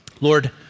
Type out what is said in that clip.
Lord